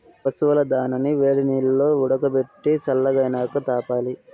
పశువుల దానాని వేడినీల్లో ఉడకబెట్టి సల్లగైనాక తాపాలి